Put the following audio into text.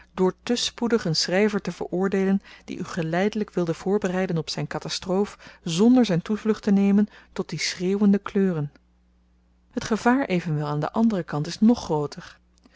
door te spoedig een schryver te veroordeelen die u geleidelyk wilde voorbereiden op zyn katastroof znder zyn toevlucht te nemen tot die schreeuwende kleuren het gevaar evenwel aan den anderen kant is ng grooter